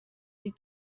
die